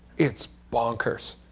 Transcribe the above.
it's bonkers.